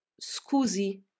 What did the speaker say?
Scusi